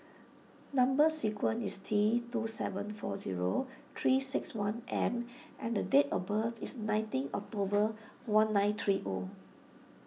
Number Sequence is T two seven four zero three six one M and date of birth is nineteen October one nine three O